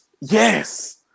yes